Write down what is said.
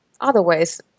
Otherwise